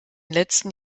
letzten